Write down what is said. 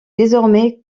désormais